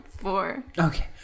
Okay